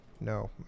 no